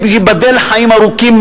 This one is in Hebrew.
ייבדל לחיים ארוכים.